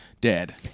dead